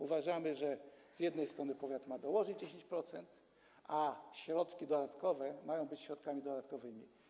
Uważamy, że z jednej strony powiat ma dołożyć 10%, a dodatkowe środki mają być środkami dodatkowymi.